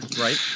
Right